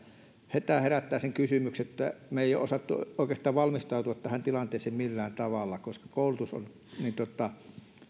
tämä herättää sen kysymyksen että me emme ole osanneet oikeastaan valmistautua tähän tilanteeseen millään tavalla koska maatalouden ammattilaisten koulutus on